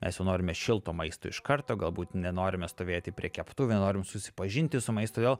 mes jau norime šilto maisto iš karto galbūt nenorime stovėti prie keptuvių norim susipažinti su maistu todėl